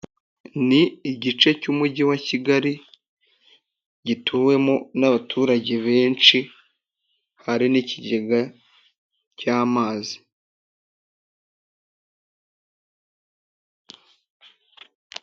Ni igice cy’ Umujyi wa Kigali gituwemo n'abaturage benshi, hari n’ikigega cy'amazi.